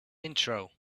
intro